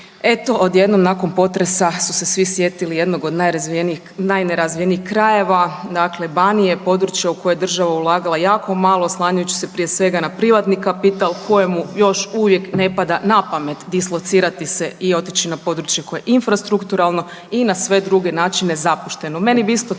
eto odjednom nakon potresa su se svi sjetili jednog od najnerazvijenijih krajeva. Dakle, Banije područja u koje je država ulagala jako malo oslanjajući se prije svega na privatni kapital kojemu još uvijek ne pada na pamet dislocirati se i otići na područje koje je infrastrukturalno i na sve druge načine zapušteno.